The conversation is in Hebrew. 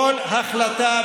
כל החלטה,